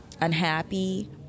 unhappy